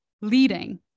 leading